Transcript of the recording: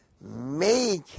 Make